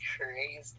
crazy